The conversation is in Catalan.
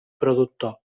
productor